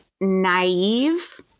naive